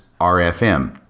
RFM